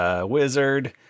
wizard